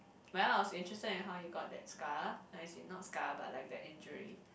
well it's interested in how you got that scar as in not scar but like that injury